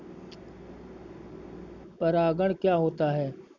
परागण क्या होता है?